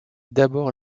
d’abord